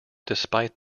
despite